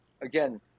again